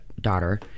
daughter